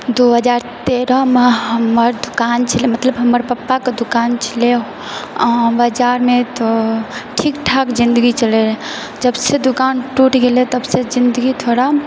दू हजार तेरहमे हमर दूकान छलै मतलब हमर पप्पाक दूकान छलै अहाँ हमरा जानैत ठीकठाक जिन्दगी चलै रहै जबसँ दूकान टूट गेलै तबसँ जिन्दगी थोड़ा